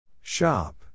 Shop